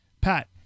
Pat